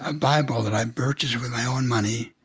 ah bible that i'd purchased with my own money.